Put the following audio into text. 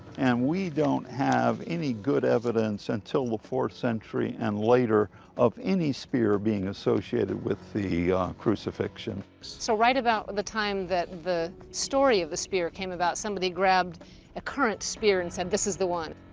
and we don't have any good evidence until the fourth century and later of any spear being associated with the crucifixion. so right about the time that the story of the spear came about, somebody grabbed a current spear and said, this is the one?